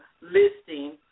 listing